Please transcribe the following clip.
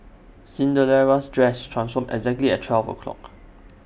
Cinderella's dress transformed exactly at twelve o'clock